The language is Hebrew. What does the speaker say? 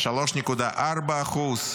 3.4%,